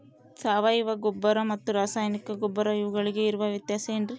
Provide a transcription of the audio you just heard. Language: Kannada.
ಸಾವಯವ ಗೊಬ್ಬರ ಮತ್ತು ರಾಸಾಯನಿಕ ಗೊಬ್ಬರ ಇವುಗಳಿಗೆ ಇರುವ ವ್ಯತ್ಯಾಸ ಏನ್ರಿ?